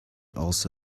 also